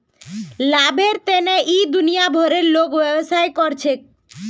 लाभेर तने इ दुनिया भरेर लोग व्यवसाय कर छेक